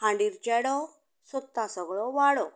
हांडीर चेडो सोदता सगलो वाडो